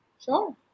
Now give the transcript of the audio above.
Sure